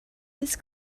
his